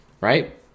right